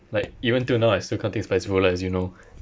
like even till now I still can't take spicy food lah as you know